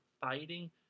fighting